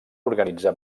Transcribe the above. organitzar